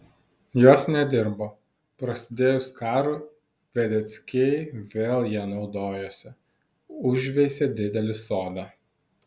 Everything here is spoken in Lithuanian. jos nedirbo prasidėjus karui vedeckiai vėl ja naudojosi užveisė didelį sodą